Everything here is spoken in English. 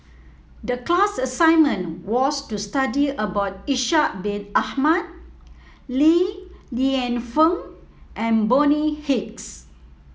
the class assignment was to study about Ishak Bin Ahmad Li Lienfung and Bonny Hicks